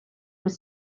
with